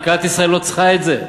כלכלת ישראל לא צריכה את זה.